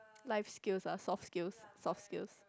life skills ah soft skills soft skills